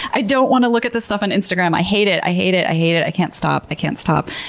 i don't want to look at the stuff on instagram. i hate it! i hate it. i hate it. i can't stop, i can't stop!